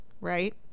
right